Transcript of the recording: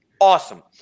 awesome